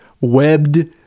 webbed